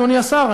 אדוני השר,